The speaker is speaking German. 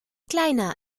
kleiner